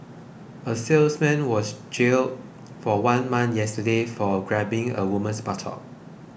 a salesman was jailed for one month yesterday for grabbing a woman's buttock